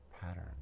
pattern